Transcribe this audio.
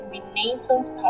Renaissance